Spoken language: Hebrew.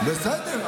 בסדר,